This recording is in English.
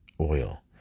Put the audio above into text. oil